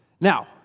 Now